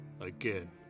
Again